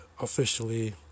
officially